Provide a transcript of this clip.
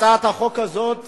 הצעת החוק הזאת